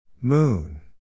Moon